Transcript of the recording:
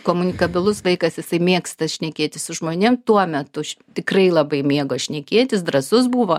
komunikabilus vaikas jisai mėgsta šnekėtis su žmonėm tuo metu tikrai labai mėgo šnekėtis drąsus buvo